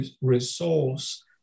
resource